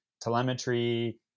telemetry